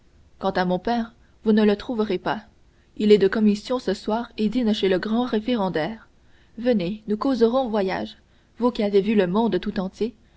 quant à mon père vous ne le trouverez pas il est de commission ce soir et dîne chez le grand référendaire venez nous causerons voyages vous qui avez vu le monde tout entier